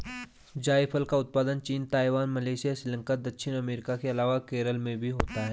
जायफल का उत्पादन चीन, ताइवान, मलेशिया, श्रीलंका, दक्षिण अमेरिका के अलावा केरल में भी होता है